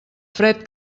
fred